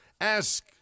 Ask